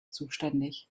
zuständig